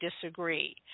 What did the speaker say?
disagree